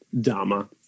dama